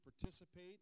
participate